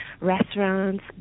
restaurants